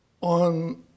on